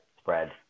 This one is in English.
spread